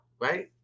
right